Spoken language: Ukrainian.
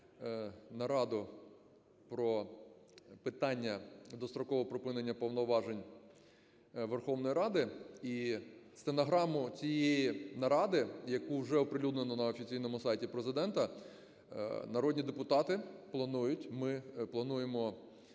нараду про питання дострокового припинення повноважень Верховної Ради. І стенограму цієї наради, яку вже оприлюднено на офіційному сайті Президента, народні депутати планують, ми плануємо,